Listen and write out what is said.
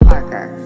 Parker